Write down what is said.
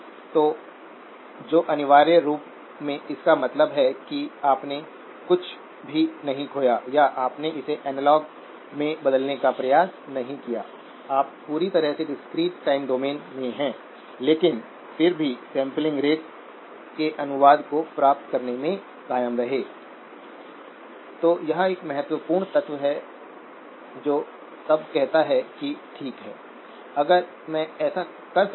इसलिए दोनों के बीच अलगाव वास्तव में 1 प्लस गेन यूनिटस से कम हो गया है